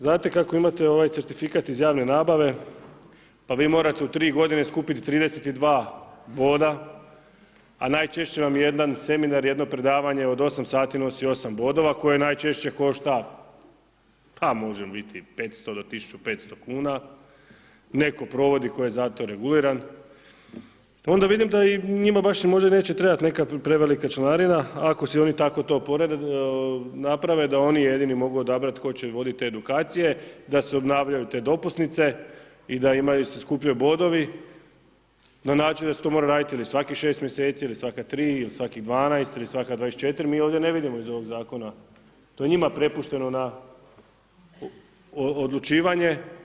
Znate kako imate ovaj certifikat iz javne nabave pa vi morate u 3 g. skupiti 32 boda najčešće vam je jedan seminar, jedno predavanje od 8 sati nosi 8 bodova koje najčešće košta, pa možde biti od 500 do 1500 kn, netko provodi tko je za to reguliran, onda vidim da njim baš i neće možda trebati neka prevelika članarina ako si oni tako to naprave da oni jedini mogu odabrati tko će vidjeti te edukacije, da se obnavljaju te dopusnice i da se skupljaju bodovi na način da se to mora radili ili svakih 6 mj. ili svaka 3 ili svakih 12 ili svaka 24, mi ovdje ne vidimo iz ovog zakona, to je njima prepušteno na odlučivanje.